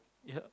yup